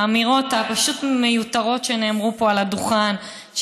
האמירות הפשוט-מיותרות שנאמרו פה על הדוכן,